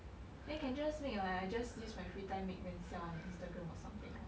then can just make what I just use my free time make then sell on Instagram or something lor